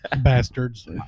Bastards